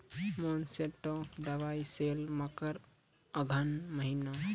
Monsanto दवाई sale मकर अघन महीना,